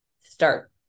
start